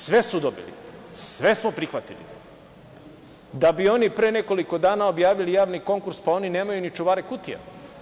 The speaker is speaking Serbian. Sve su dobili, sve smo prihvatili, da bi oni pre nekoliko dana objavili javni konkurs, pa oni nemaju ni čuvare kutija.